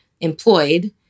employed